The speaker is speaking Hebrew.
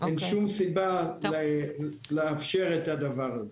אין שום סיבה לאפשר את הדבר הזה.